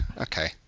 okay